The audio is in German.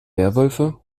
werwölfe